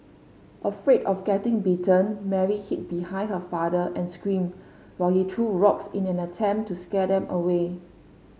afraid of getting bitten Mary hid behind her father and screamed while he threw rocks in an attempt to scare them away